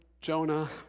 Jonah